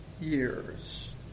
years